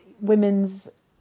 women's